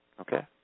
Okay